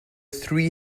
three